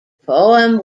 poem